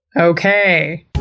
Okay